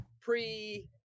pre